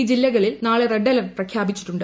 ഈ ജില്ലകളിൽ നാളെ റെഡ് അലർട്ട് പ്രഖ്യാപിച്ചിട്ടുണ്ട്